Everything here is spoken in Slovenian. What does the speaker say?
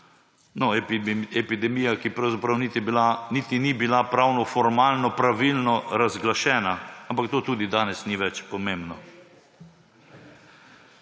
epidemija, ki pravzaprav niti ni bila pravnoformalno pravilno razglašena, ampak to tudi danes ni več pomembno.